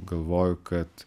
galvoju kad